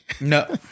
No